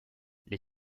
les